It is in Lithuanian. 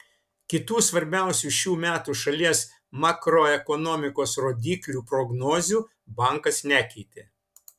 kitų svarbiausių šių metų šalies makroekonomikos rodiklių prognozių bankas nekeitė